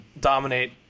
dominate